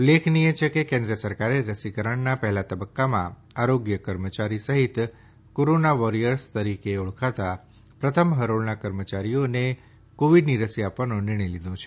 ઉલ્લેખીયે છે કે કેન્દ્ર સરકારે રસીકરણના પહેલા તબક્કામાં આરોગ્ય કર્મચારી સહિત કોરોના વોરિયર્સ તરીકે ઓળખાતા પ્રથમ હરોળના કર્મચારીઓને કોવિડની રસી આપવાનો નિર્ણય લીધો છે